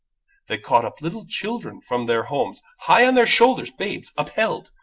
they caught up little children from their homes, high on their shoulders, babes unheld,